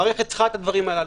מערכת צריכה את הדברים הללו.